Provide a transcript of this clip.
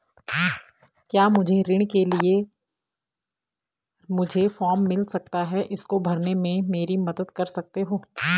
क्या मुझे ऋण के लिए मुझे फार्म मिल सकता है इसको भरने में मेरी मदद कर सकते हो?